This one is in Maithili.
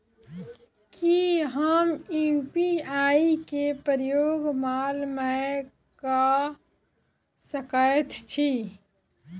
की हम यु.पी.आई केँ प्रयोग माल मै कऽ सकैत छी?